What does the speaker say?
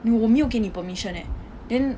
我没有给你 permission leh then